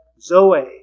zoe